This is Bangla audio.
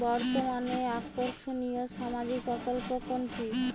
বর্তমানে আকর্ষনিয় সামাজিক প্রকল্প কোনটি?